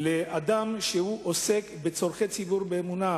של אדם שעוסק בצורכי ציבור באמונה,